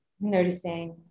Noticing